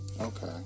Okay